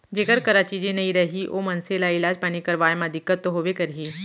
जेकर करा चीजे नइ रही ओ मनसे ल इलाज पानी करवाय म दिक्कत तो होबे करही